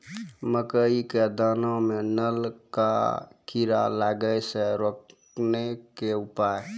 मकई के दाना मां नल का कीड़ा लागे से रोकने के उपाय?